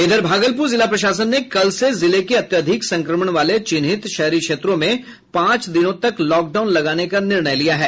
इधर भागलपुर जिला प्रशासन ने कल से जिले के अत्यधिक संक्रमण वाले चिन्हित शहरी क्षेत्रों में पांच दिनों तक लॉकडाउन लगाने का निर्णय लिया है